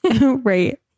Right